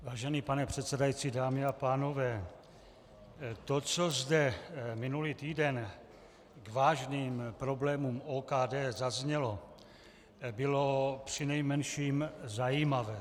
Vážený pane předsedající, dámy a pánové, to, co zde minulý týden k vážným problémům OKD zaznělo, bylo přinejmenším zajímavé.